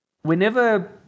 whenever